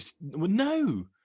no